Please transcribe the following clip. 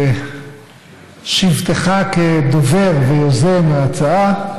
בשבתך כדובר ויוזם ההצעה,